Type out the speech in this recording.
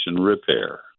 Repair